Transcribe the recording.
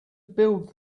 build